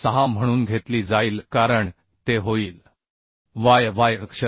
06 म्हणून घेतली जाईल कारण ते होईल y y अक्ष